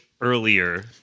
earlier